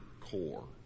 core